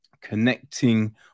connecting